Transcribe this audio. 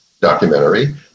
documentary